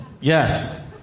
Yes